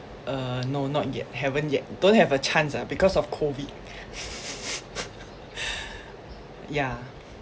uh no not yet haven't yet don't have a chance ah because of COVID yeah